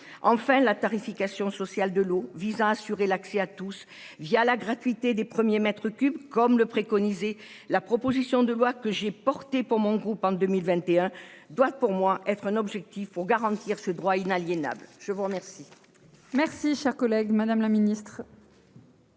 enfin la tarification sociale de l'eau visant à assurer l'accès à tous via la gratuité des premiers mètres cubes comme le préconisait la proposition de loi que j'ai porté pour mon groupe en 2021 doit, pour moi, être un objectif pour garantir ce droit inaliénable. Je vous remercie.